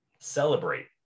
celebrate